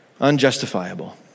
Unjustifiable